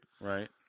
Right